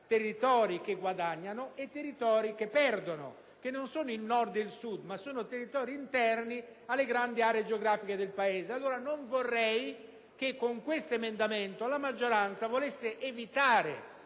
territori che guadagnano e territori che perdono, che non sono però il Nord e il Sud ma territori interni alle grandi aree geografiche del Paese. Allora non vorrei che con questo emendamento la maggioranza volesse evitare